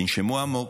תנשמו עמוק,